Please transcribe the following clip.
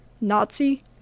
Nazi-